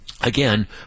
again